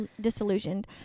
disillusioned